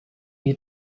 you